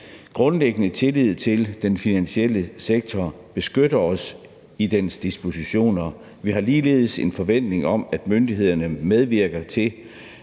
grundlæggende tillid til, at den finansielle sektor beskytter os i dens dispositioner. Vi har ligeledes en forventning om, at myndighederne medvirker til,